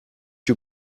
you